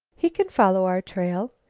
he can follow our trail.